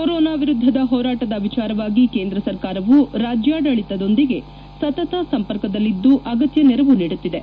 corona ವಿರುದ್ಲದ ಹೋರಾಟದ ವಿಚಾರವಾಗಿ ಕೇಂದ್ರ ಸರ್ಕಾರವು ರಾಜ್ಗಾಡಳಿತದೊಂದಿಗೆ ಸತತ ಸಂಪರ್ಕದಲ್ಲಿದ್ದು ಅಗತ್ನ ನೆರವು ನೀಡುತ್ತಿದೆ